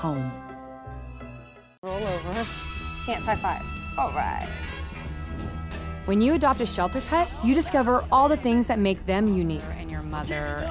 home by when you adopt a shelter fast you discover all the things that make them unique train your mother